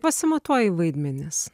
pasimatuoji vaidmenis